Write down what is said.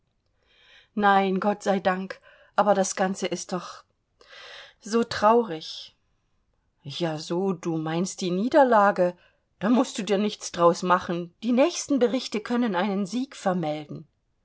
nein gott sei dank aber das ganze ist doch so traurig ja so du meinst die niederlage da mußt du dir nichts daraus machen die nächsten berichte können einen sieg vermelden